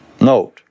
Note